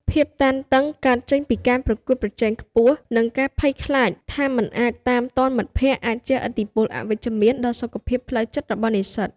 ភាពតានតឹងកើតចេញពីការប្រកួតប្រជែងខ្ពស់ និងការភ័យខ្លាចថាមិនអាចតាមទាន់មិត្តភ័ក្តិអាចជះឥទ្ធិពលអវិជ្ជមានដល់សុខភាពផ្លូវចិត្តរបស់និស្សិត។